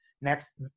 next